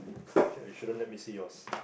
K you shouldn't let me see yours